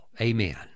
Amen